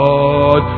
God